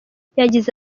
yagize